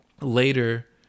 later